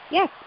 Yes